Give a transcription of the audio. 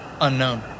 unknown